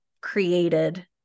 created